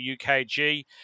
UKG